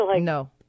No